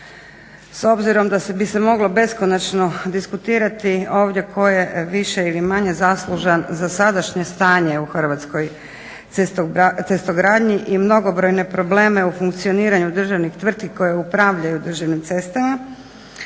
S obzirom da bi se moglo beskonačno diskutirati ovdje tko je više ili manje zaslužan za sadašnje stanje u hrvatskoj cestogradnji i mnogobrojne probleme u funkcioniranju državnih tvrtki koje upravljaju državnim cestama